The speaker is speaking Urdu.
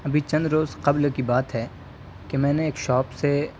ابھی چند روز قبل کی بات ہے کہ میں نے ایک شاپ سے